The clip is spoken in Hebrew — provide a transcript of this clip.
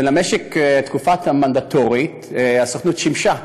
ולמשך התקופה המנדטורית הסוכנות שימשה